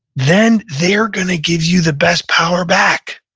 then they are going to give you the best power back.